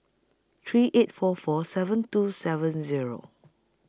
three eight four four seven two seven Zero